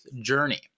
journey